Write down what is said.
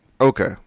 Okay